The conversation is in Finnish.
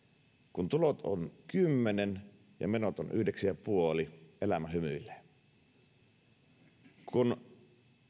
kun tulot ovat kymmenen ja menot ovat yhdeksän pilkku viisi elämä hymyilee ja kun